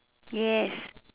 yes